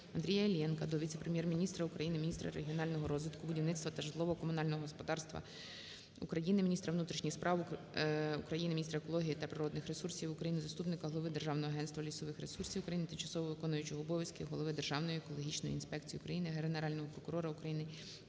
Андрія Іллєнка до віце-прем'єр-міністра України – міністра регіонального розвитку, будівництва та житлово-комунального господарства України, міністра внутрішніх справ України, міністра екології та природних ресурсів України, заступника голови Державного агентства лісових ресурсів України, тимчасово виконуючого обов'язки голови Державної екологічної інспекції України, Генерального прокурора України,